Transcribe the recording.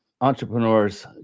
entrepreneurs